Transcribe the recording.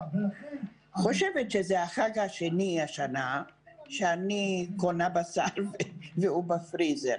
זה החג השני השנה שאני קונה בשר והוא בפריזר,